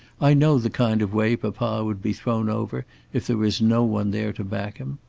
i know the kind of way papa would be thrown over if there is no one there to back him.